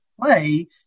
play